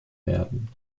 werden